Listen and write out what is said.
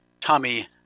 Tommy